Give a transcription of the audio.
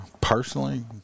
personally